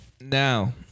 now